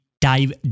dive